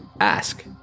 Ask